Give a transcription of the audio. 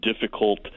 difficult